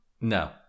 No